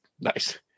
nice